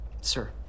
Sir